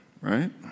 right